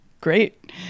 Great